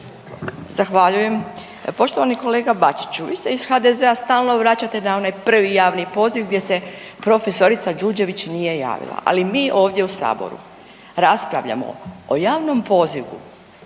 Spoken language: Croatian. Zahvaljujem. Poštovani kolega Bačiću, vi se iz HDZ-a stalno vraćate na onaj prvi javni poziv gdje se profesorica Đurđević nije javila, ali mi ovdje u Saboru raspravljamo o javnom pozivu